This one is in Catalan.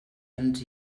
ens